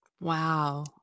wow